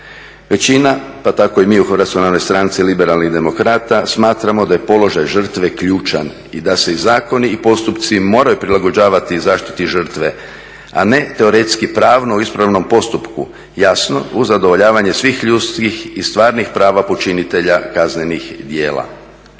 Većina pa tako i mi u HNS-u Liberalnih demokrata smatramo da je položaj žrtve ključan i da se zakoni i postupci moraju prilagođavati zaštiti žrtve, a ne teoretski pravno u ispravnom postupku, jasno uz zadovoljavanje svih ljudskih i stvarnih prava počinitelja kaznenih djela.